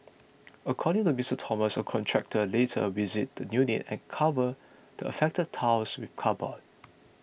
according to Mister Thomas a contractor later visited the unit and covered the affected tiles with cardboard